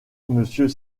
monsieur